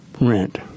rent